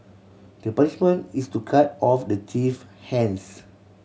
the punishment is to cut off the thief hands